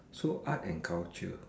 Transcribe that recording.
so art and culture